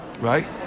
Right